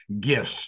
gifts